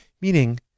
Meaning